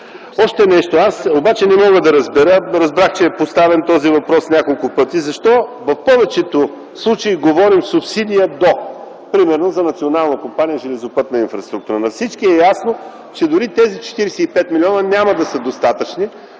Още нещо. Аз обаче не мога да разбера (разбрах, че този въпрос е поставян няколко пъти) защо в повечето случаи говорим „субсидия до”, примерно за Национална компания „Железопътна инфраструктура”. На всички е ясно, че дори тези 45 милиона няма да са достатъчни.